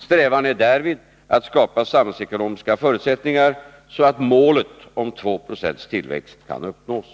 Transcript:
Strävan är därvid att skapa samhällsekonomiska förutsättningar för att målet om två procents tillväxt kan uppnås.